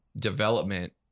development